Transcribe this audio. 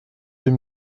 deux